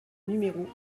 numéro